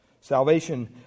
Salvation